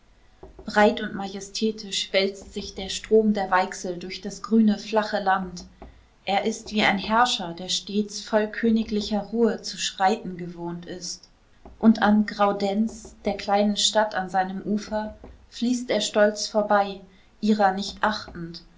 breit und majestätisch wälzt sich der strom der weichsel durch das grüne flache land er ist wie ein herrscher der stets voll königlicher ruhe zu schreiten gewohnt ist und an graudenz der kleinen stadt an seinem ufer fließt er stolz vorbei ihrer nicht achtend